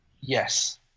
Yes